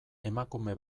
emakume